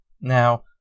Now